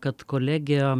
kad kolegė